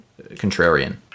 contrarian